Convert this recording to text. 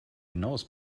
genaues